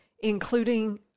including